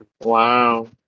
Wow